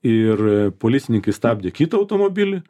ir policininkai stabdė kitą automobilį